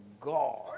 God